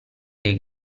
dei